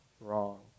wrong